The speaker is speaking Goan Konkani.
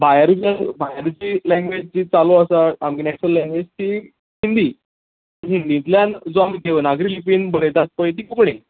भायर उलय भायर जी लेंग्वेज जी चालू आसा आमगे नेशनल लेंग्वेज ती हिंदी हिंदीतल्यान जो आमी देवनागरी लिपयेंन जी बरयतात पळय ती कोंकणी